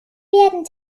werden